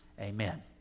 Amen